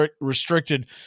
restricted